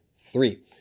three